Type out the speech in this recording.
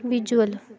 visual